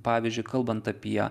pavyzdžiui kalbant apie